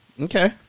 Okay